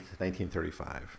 1935